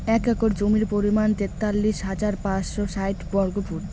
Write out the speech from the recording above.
এক একর জমির পরিমাণ তেতাল্লিশ হাজার পাঁচশ ষাইট বর্গফুট